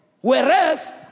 Whereas